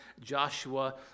Joshua